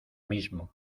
mismo